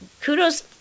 kudos